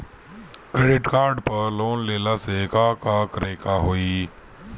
Credit card पर loan लेला से का का करे क होइ?